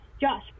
Josh